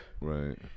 Right